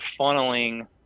funneling